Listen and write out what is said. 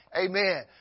Amen